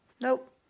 Nope